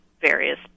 various